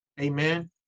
Amen